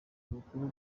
bukuru